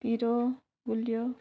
पिरो गुलियो